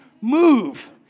move